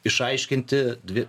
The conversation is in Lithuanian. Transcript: išaiškinti dvi